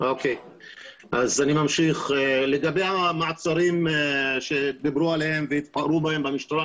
אז אני ממשיך לגבי המעצרים שדיברו עליהם והתפרעו בהם במשטרה,